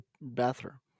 bathroom